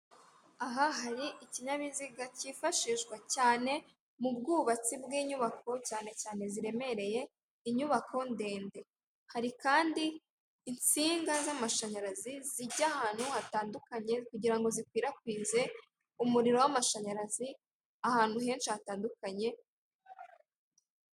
Aha hari ikinyabiziga cyifashishwa cyane mu bwubatsi bw'inyubako cyane cyane ziremereye, inyubako ndende. Hari kandi insinga z'amashanyarazi zijya ahantu hatandukanye, kugira ngo zikwirakwize umuriro w'amashanyarazi ahantu henshi hatandukanye;...